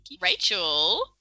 Rachel